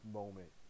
moment